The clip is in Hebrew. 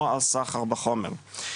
או על סחר בחומר.